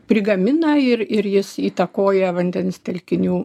prigamina ir ir jis įtakoja vandens telkinių